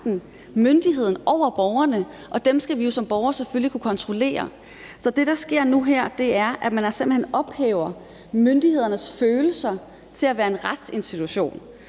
myndigheden over borgerne – og dem skal vi som borgere jo selvfølgelig kunne kontrollere. Så det, der sker nu og her, er, at man simpelt hen ophøjer myndighedernes følelser til at være en retsinstitution.